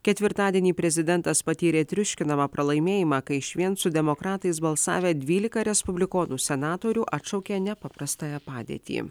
ketvirtadienį prezidentas patyrė triuškinamą pralaimėjimą kai išvien su demokratais balsavę dvylika respublikonų senatorių atšaukė nepaprastąją padėtį